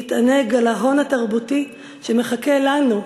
להתענג על ההון התרבותי שמחכה לנו,